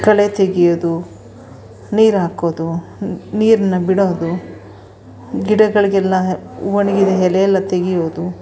ಕಳೆ ತೆಗಿಯೋದು ನೀರು ಹಾಕೋದು ನೀರನ್ನು ಬಿಡೋದು ಗಿಡಗಳಿಗೆಲ್ಲ ಒಣಗಿದ ಎಲೆ ಎಲ್ಲ ತೆಗಿಯುವುದು